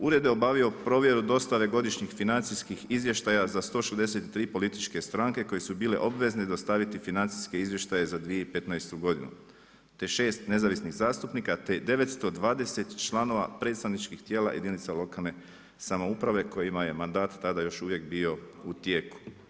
Ured je obavio provjeru dostave godišnjih financijskih izvještaja za 163 političke stranke koje su bile obvezne dostaviti financijske izvještaje za 2015. godinu, te 6 nezavisnih zastupnika te 920 članova predstavničkih tijela jedinica lokalne samouprave kojima je mandat tada još uvijek bio u tijeku.